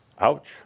Ouch